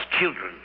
children